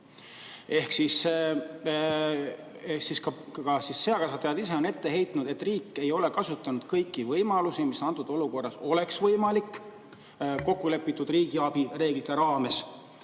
eri riikides. Seakasvatajad on ette heitnud, et riik ei ole kasutanud kõiki võimalusi, mis antud olukorras oleks võimalikud kokkulepitud riigiabi reeglite raames.